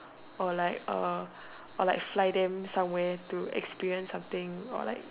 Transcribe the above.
or like uh or like fly them somewhere to experience something or like